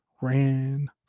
ran